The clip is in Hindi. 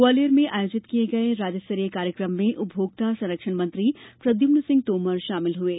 ग्वालियर में आयोजित किये गये राज्य स्तरीय कार्यक्रम में उपभोक्ता संरक्षण मंत्री प्रद्युम्न सिंह तोमर शामिल हुये